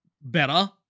better